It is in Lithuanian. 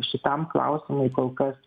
šitam klausimui kol kas